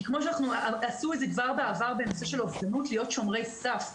כמו שעשו את זה כבר בעבר בנושא של אובדנות להיות שומרי סף,